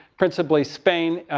principally spain,